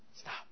Stop